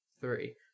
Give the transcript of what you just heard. three